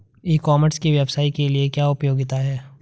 ई commerce के व्यवसाय के लिए क्या उपयोगिता है?